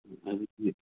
ꯑꯗꯨꯗꯤ